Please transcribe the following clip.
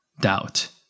doubt